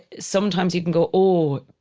sometimes you can go, oh,